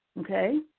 okay